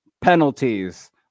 penalties